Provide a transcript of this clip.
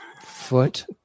foot